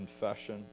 confession